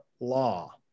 law